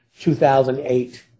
2008